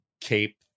cape